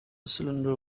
cylinder